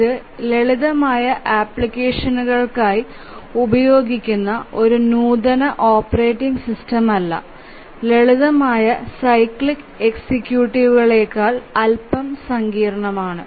ഇത് ലളിതമായ ആപ്ലിക്കേഷനുകൾക്കായി ഉപയോഗിക്കുന്ന ഒരു നൂതന ഓപ്പറേറ്റിംഗ് സിസ്റ്റം അല്ല ലളിതമായ സൈക്ലിക് എക്സിക്യൂട്ടീവുകളേക്കാൾ അൽപ്പം സങ്കീർണ്ണമാണ്